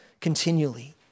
continually